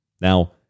Now